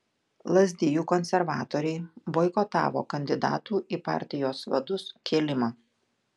lazdijų konservatoriai boikotavo kandidatų į partijos vadus kėlimą